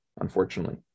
unfortunately